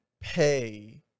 pay